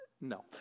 No